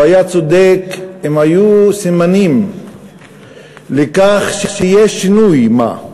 הוא היה צודק אם היו סימנים לכך שיהיה שינוי-מה,